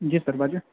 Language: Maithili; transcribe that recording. जी सर बाजू